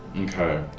Okay